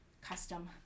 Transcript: custom